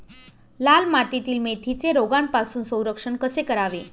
लाल मातीतील मेथीचे रोगापासून संरक्षण कसे करावे?